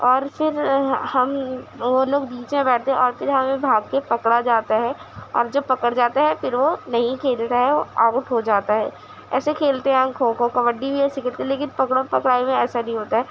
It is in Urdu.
اور پھر ہم وہ لوگ نیچے بیٹھتے اور پھر ہمیں بھاگ کے پکڑا جاتا ہے اور جو پکڑ جاتا ہے پھر وہ نہیں وہ کھیلتا ہے آوٹ ہو جاتا ہے ایسے کھیلتے ہیں ہم کھوکھو کبڈی لیکن پکڑم پکڑائی میں ایسا نہیں ہوتا ہے